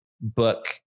book